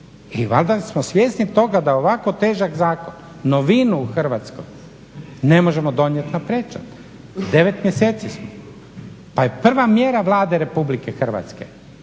I valjda smo svjesni toga da ovako težak zakon, novinu u Hrvatskoj ne možemo donijeti na prečac. 9 mjeseci smo. Pa je prva mjera Vlade Republike Hrvatske,